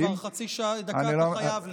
כבר חצי דקה אתה חייב לי.